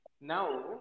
Now